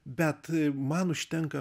bet man užtenka